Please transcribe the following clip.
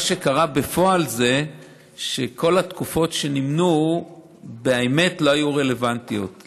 מה שקרה בפועל זה שכל התקופות שנמנו באמת לא היו רלוונטיות.